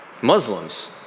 Muslims